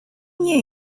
nie